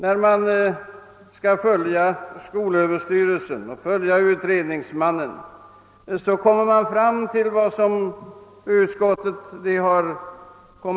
Om man följer skolöverstyrelsens och utredningsmannens linje, så förstår jag att man hamnar på utskottets ståndpunkt.